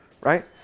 right